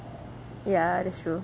ya that's true